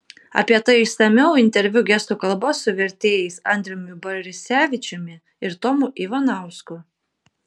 apie tai išsamiau interviu gestų kalba su vertėjais andriumi barisevičiumi ir tomu ivanausku